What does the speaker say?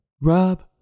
Rob